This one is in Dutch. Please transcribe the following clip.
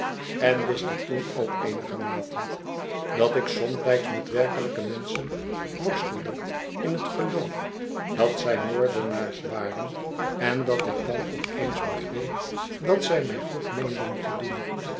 en wist ik ook toen eenigermate dat ik somtijds met werkelijke menschen worstelde in het geloof dat zij moordenaars waren en dat ik dan op eens begreep dat zij mij goed meenden te doen